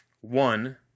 one